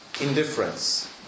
indifference